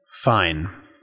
Fine